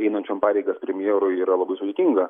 einančiam pareigas premjerui yra labai sudėtinga